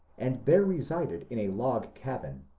and there resided in a log cabin.